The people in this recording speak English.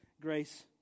grace